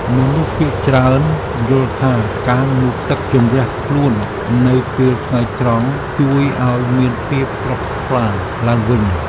មនុស្សភាគច្រើនយល់ថា ការងូតទឹកជម្រះខ្លួននៅពេលថ្ងៃត្រង់ ជួយឱ្យមានភាពស្រស់ថ្លាឡើងវិញ។